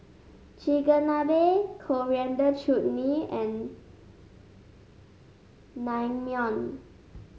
Chigenabe Coriander Chutney and Naengmyeon